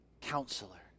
counselor